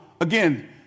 again